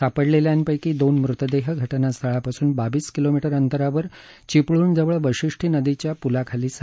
सापडलेल्यांपैकी दोन मृतदेह घटनास्थळापासून बावीस किलोमीटर अंतरावर चिपळूणजवळ वाशिष्ठी नदीच्या पुलाखाली सापडले आहेत